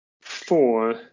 four